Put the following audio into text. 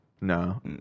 No